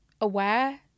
aware